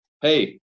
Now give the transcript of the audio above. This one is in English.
Hey